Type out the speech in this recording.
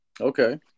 Okay